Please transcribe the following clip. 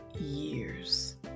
years